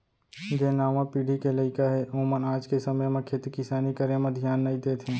जेन नावा पीढ़ी के लइका हें ओमन आज के समे म खेती किसानी करे म धियान नइ देत हें